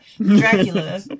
Dracula